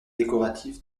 décoratif